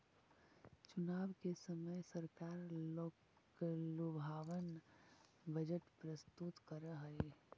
चुनाव के समय सरकार लोकलुभावन बजट प्रस्तुत करऽ हई